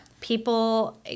People